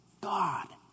God